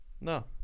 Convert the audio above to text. No